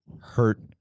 hurt